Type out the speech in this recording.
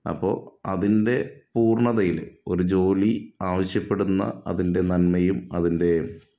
അപ്പോൾ അതിൻ്റെ പൂർണ്ണതയിൽ ഒരു ജോലി ആവശ്യപ്പെടുന്ന അതിൻ്റെ നന്മയും അതിൻ്റെ